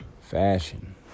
Fashion